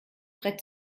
brett